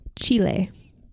Chile